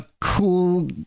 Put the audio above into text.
cool